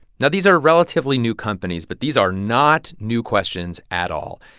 now, these are relatively new companies. but these are not new questions at all.